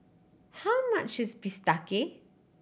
how much is bistake